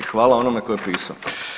Hvala onome ko je piso.